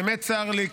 באמת צר לי,